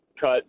cut